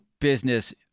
business